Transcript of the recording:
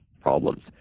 problems